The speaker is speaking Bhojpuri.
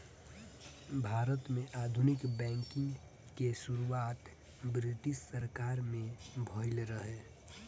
भारत में आधुनिक बैंकिंग के शुरुआत ब्रिटिस सरकार में भइल रहे